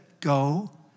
Go